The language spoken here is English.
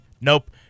nope